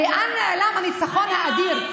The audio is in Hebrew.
לאן נעלם הניצחון האדיר.